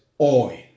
oil